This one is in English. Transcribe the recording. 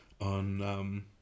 on